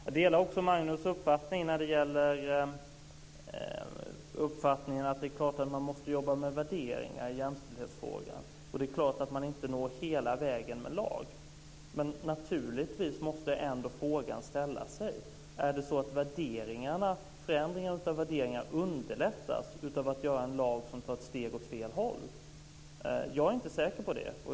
Jag delar också Magnus uppfattning att man måste jobba med värderingar i jämställdhetsfrågan och att man inte når hela vägen med lag. Men naturligtvis måste ändå frågan ställas: Är det så att förändringar av värderingarna underlättas av att man gör en lag som tar steg åt fel håll? Jag är inte säker på det.